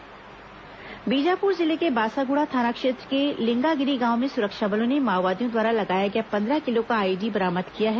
IED बरामद बीजापुर जिले के बासागुड़ा थाना क्षेत्र के लिंगागिरी गांव में सुरक्षा बलों ने माओवादियों द्वारा लगाया गया पंद्रह किलो का आईइडी बरामद किया है